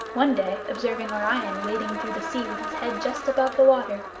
one day, observing orion wading through the sea with his head just above the water,